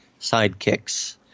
sidekicks